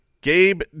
Gabe